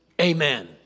Amen